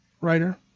writer